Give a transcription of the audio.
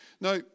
Now